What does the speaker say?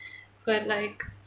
but like